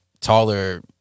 taller